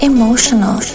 Emotional